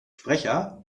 sprecher